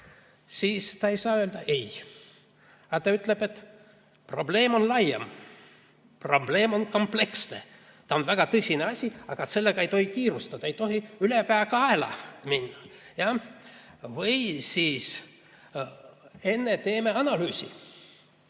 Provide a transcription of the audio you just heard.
siis ta ei saa öelda ei. Ta ütleb, et probleem on laiem, probleem on kompleksne, see on väga tõsine asi, aga sellega ei tohi kiirustada, ei tohi ülepeakaela minna. Või siis: enne teeme analüüsi.